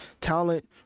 talent